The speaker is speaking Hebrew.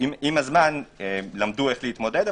עם הזמן למדו איך להתמודד,